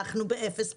אנחנו באפס פעילות,